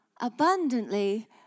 abundantly